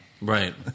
Right